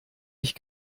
ich